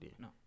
no